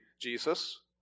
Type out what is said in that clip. Jesus